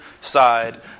side